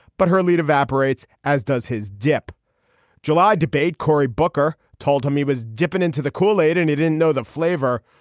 but her lead evaporates, as does his dip july debate. cory booker told him he was dipping into the kool aid and he didn't know the flavor.